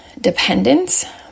dependence